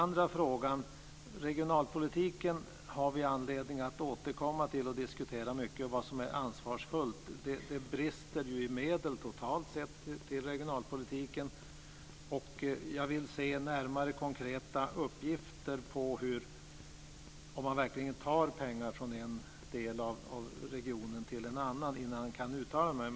När det gäller regionalpolitiken har vi anledning att återkomma och att ordentligt diskutera vad som är ansvarsfullt. Det brister ju totalt sett i medel till regionalpolitiken. Jag vill se närmare, konkreta uppgifter om man verkligen flyttar pengar från en del av regionen till en annan innan jag kan uttala mig.